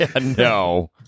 no